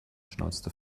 schnauzte